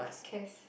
Cass